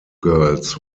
girls